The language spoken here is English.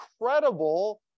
incredible